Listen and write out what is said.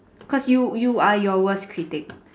cause you you are your worst critic